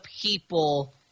people